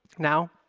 now,